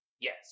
Yes